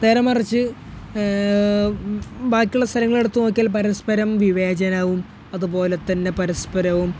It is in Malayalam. നേരെമറിച്ച് ബാക്കിയുള്ള സ്ഥലങ്ങളെടുത്ത് നോക്കിയാൽ പരസ്പരം വിവേചനവും അതുപോലെത്തന്നെ പരസ്പരവും